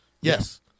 Yes